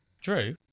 Drew